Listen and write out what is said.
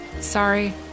Sorry